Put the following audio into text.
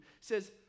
says